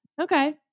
Okay